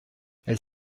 elle